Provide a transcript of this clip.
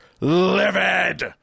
livid